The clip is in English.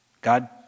God